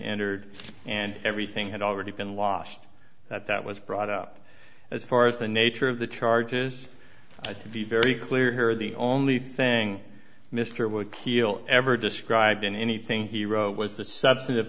entered and everything had already been lost that that was brought up as far as the nature of the charges had to be very clear here the only thing mr would peel ever described in anything he wrote was the substan